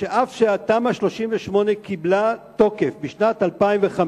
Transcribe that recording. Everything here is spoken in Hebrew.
שאף שתמ"א 38 קיבלה תוקף בשנת 2005,